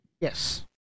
Yes